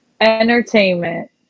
Entertainment